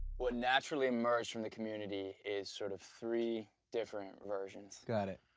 what naturally emerged from the community is, sort of, three different versions. got it.